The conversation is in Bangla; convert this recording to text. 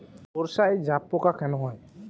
সর্ষায় জাবপোকা কেন হয়?